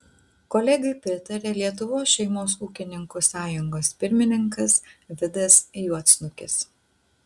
kolegai pritarė lietuvos šeimos ūkininkų sąjungos pirmininkas vidas juodsnukis